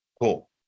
Cool